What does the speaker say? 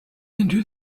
into